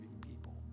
people